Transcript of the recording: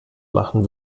machen